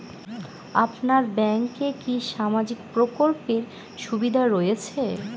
আপনার ব্যাংকে কি সামাজিক প্রকল্পের সুবিধা রয়েছে?